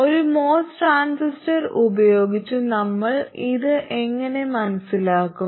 ഒരു MOS transistor ഉപയോഗിച്ച് നമ്മൾ ഇത് എങ്ങനെ മനസ്സിലാക്കും